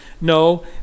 No